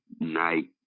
night